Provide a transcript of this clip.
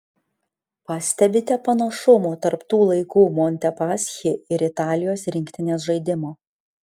pastebite panašumų tarp tų laikų montepaschi ir italijos rinktinės žaidimo